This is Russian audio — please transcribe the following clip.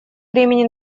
времени